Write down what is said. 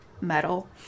metal